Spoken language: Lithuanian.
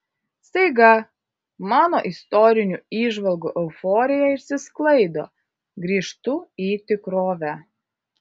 staiga mano istorinių įžvalgų euforija išsisklaido grįžtu į tikrovę